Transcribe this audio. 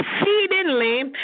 exceedingly